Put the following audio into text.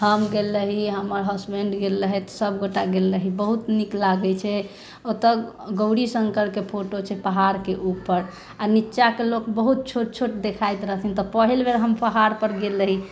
हम गेल रही हमर हसबैण्ड गेल रहथि सब गोटा गेल रही बहुत नीक लागै छै ओतऽ गौरी शङ्करके फोटो छै पहाड़के उपर आओर नीचाके लोक बहुत छोट छोट देखैत रहथिन तऽ पहिल बेर हम पहाड़पर गेल रही